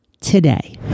today